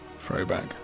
throwback